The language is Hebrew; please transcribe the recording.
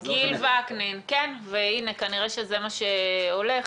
כן, וכנראה שזה מה שהולך.